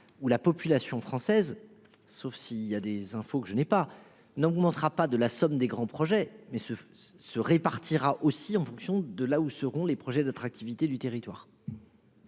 Où la population française, sauf s'il y a des infos que je n'ai pas n'augmentera pas de la somme des grands projets mais se se répartira aussi en fonction de là où seront les projets d'attractivité du territoire.